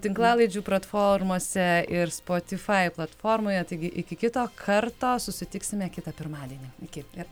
tinklalaidžių pratformose ir spotifai platformoje taigi iki kito karto susitiksime kitą pirmadienį iki ir